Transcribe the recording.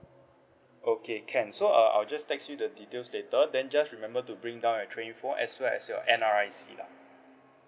okay can so uh I'll just text you the details later then just remember to bring down the trade in phone as well as your N_R_I_C lah